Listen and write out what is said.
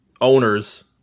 owners –